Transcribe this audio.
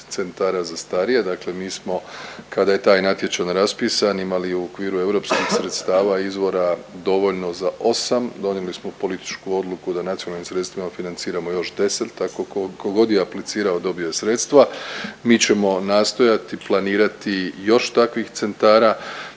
centara za starije. Dakle mi smo kada je taj natječaj raspisan imali u okviru europskih sredstava izvora dovoljno za 8, donijeli smo političku odluku da nacionalnim sredstvima financiramo još 10. Tako tko god je aplicirao dobio je sredstva. Mi ćemo nastojati planirati još takvih centara.